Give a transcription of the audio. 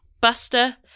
Buster